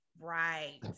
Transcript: Right